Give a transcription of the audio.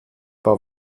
war